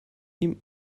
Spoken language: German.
ihm